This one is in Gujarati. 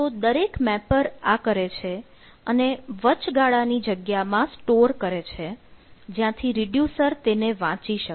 તો દરેક મેપર આ કરે છે અને વચગાળાની જગ્યામાં સ્ટોર કરે છે જ્યાંથી રિડ્યુસર તેને વાંચી શકે